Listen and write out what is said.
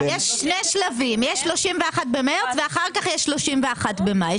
יש שני שלבים, יש 31 במרץ ואחר כך יש 31 במאי.